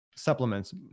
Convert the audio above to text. Supplements